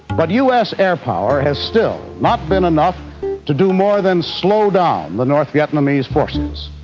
but us air power has still not been enough to do more than slow down the north vietnamese forces.